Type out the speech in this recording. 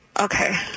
Okay